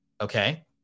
Okay